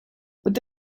with